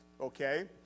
okay